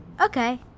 Okay